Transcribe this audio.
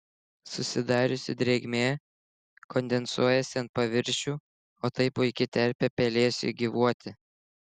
susidariusi drėgmė kondensuojasi ant paviršių o tai puiki terpė pelėsiui gyvuoti